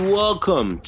welcome